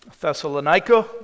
Thessalonica